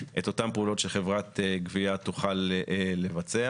את אותן פעולות שחברת גבייה תוכל לבצע.